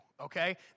okay